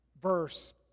verse